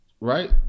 right